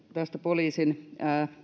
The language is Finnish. tästä poliisin